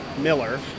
Miller